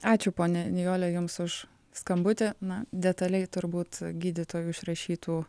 ačiū ponia nijole jums už skambutį na detaliai turbūt gydytojų išrašytų